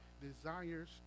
desires